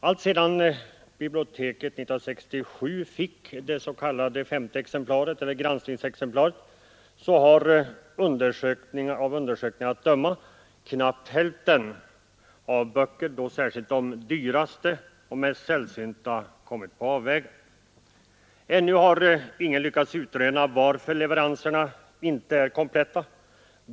Alltsedan biblioteket år 1967 fick det s.k. femte exemplaret eller granskningsexemplaret har av undersökningar att döma knappt hälften av böckerna, och då särskilt de dyraste och mest sällsynta, kommit på avvägar. Ännu har ingen lyckats utröna varför leveranserna inte är kompletta.